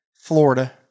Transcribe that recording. Florida